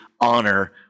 honor